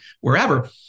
wherever